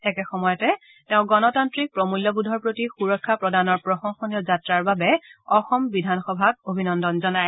একে সময়তে তেওঁ গণতান্নিক প্ৰমূল্যবোধৰ প্ৰতি সুৰক্ষা প্ৰদানৰ প্ৰশংসনীয় যাত্ৰাৰ বাবে অসম বিধান সভাক অভিনন্দন জনায়